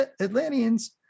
Atlanteans